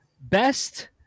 best